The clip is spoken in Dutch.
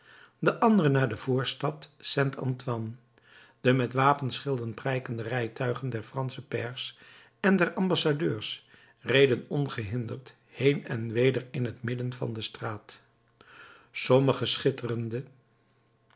de andere naar de voorstad st antoine de met wapenschilden prijkende rijtuigen der fransche pairs en der ambassadeurs reden ongehinderd heen en weder in het midden van de straat sommige schitterende